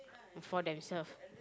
for themselves